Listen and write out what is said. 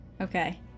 okay